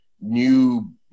new